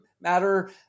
matter